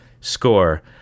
score